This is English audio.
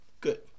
good